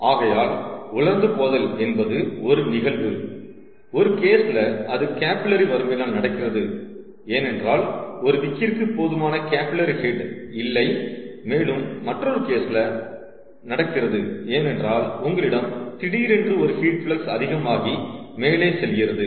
ஆகையால் உலர்ந்து போதல் என்பது ஒரு நிகழ்வு ஒரு கேஸ்ல அது கேபில்லரி வரம்பினால் நடக்கிறது ஏனென்றால் ஒரு விக்கிர்க்கு போதுமான கேபில்லரி ஹெட் இல்லை மேலும் மற்றொரு கேஸ்ல நடக்கிறது ஏனென்றால் உங்களிடம் திடீரென்று உங்கள் ஹீட் பிளக்ஸ் அதிகமாகி மேலே செல்கிறது